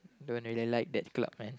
don't really like that club man